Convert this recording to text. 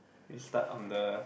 we start on the